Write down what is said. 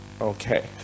Okay